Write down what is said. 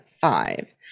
five